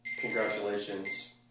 Congratulations